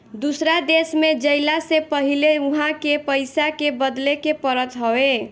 दूसरा देश में जइला से पहिले उहा के पईसा के बदले के पड़त हवे